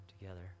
together